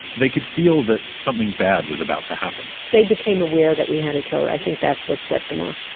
they could feel that something bad was about to happen they became aware that we had a torah. i think that's what set them off.